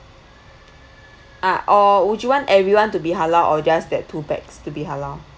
ah or would you want everyone to be halal or just that two pax to be halal